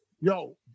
Yo